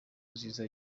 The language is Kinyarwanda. nziza